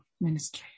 ministry